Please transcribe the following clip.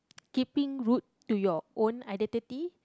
keeping root to your own identity